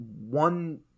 one